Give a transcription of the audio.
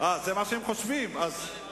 זה מה שהם חושבים שהם יעשו.